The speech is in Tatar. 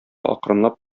акрынлап